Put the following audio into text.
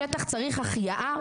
השטח צריך החייאה,